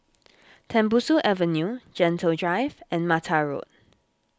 Tembusu Avenue Gentle Drive and Mata Road